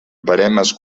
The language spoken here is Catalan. veremes